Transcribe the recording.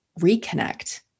reconnect